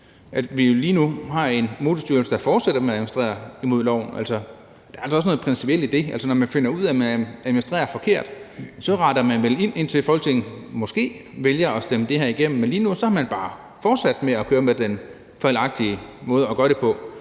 at vi lige nu har en Motorstyrelse, der fortsætter med at administrere imod loven. Der er altså også noget principielt i det. Når man finder ud af, at man administrerer forkert, så retter man vel ind, indtil Folketinget måske vælger at stemme det her igennem, men lige nu har man bare fortsat med at køre den fejlagtige måde at gøre det på,